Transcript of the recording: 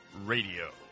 Radio